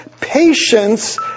patience